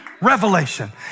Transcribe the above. revelation